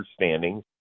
understanding